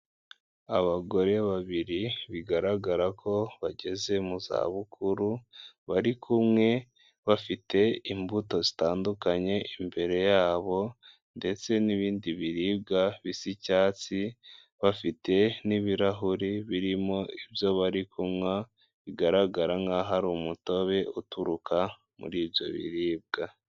Abagore babiri bigaragara ko bageze mu za bukuru, bari kumwe bafite imbuto zitandukanye imbere yabo ndetse n'ibindi biribwa bisa icyatsi, bafite n'ibirahuri birimo ibyo bari kunywa, bigaragara nk'aho hari umutobe uturuka muri ibyo biribwa.